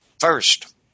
first